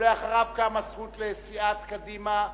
ואחריו קמה הזכות לסיעת קדימה,